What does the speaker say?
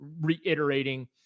reiterating